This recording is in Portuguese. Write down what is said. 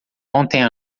ontem